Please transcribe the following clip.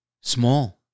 Small